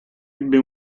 ebbe